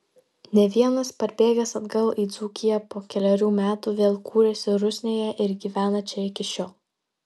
ne vienas parbėgęs atgal į dzūkiją po kelerių metų vėl kūrėsi rusnėje ir gyvena čia iki šiol